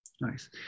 Nice